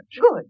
Good